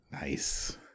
Nice